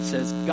says